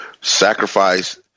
Sacrifice